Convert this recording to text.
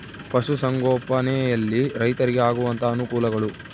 ಪಶುಸಂಗೋಪನೆಯಲ್ಲಿ ರೈತರಿಗೆ ಆಗುವಂತಹ ಅನುಕೂಲಗಳು?